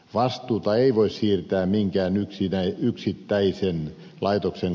vastuuta ei voi siirtää minkään yksittäisen laitoksen kontolle